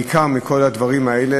בעיקר מכל הדברים האלה,